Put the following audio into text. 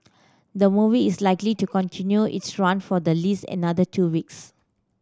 the movie is likely to continue its run for the least another two weeks